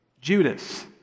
Judas